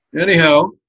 Anyhow